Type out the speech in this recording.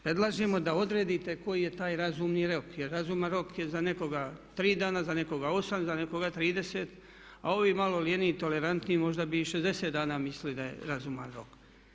Predlažemo da odredite koji je taj razumni rok, jer razuman rok je za nekoga 3 dana, za nekoga 8, za nekoga 30 a ovi malo ljeniji, tolerantniji, možda bi i 60 dana mislili da je razuman rok.